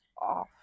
off